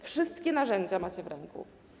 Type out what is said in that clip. Wszystkie narzędzia macie w ręku.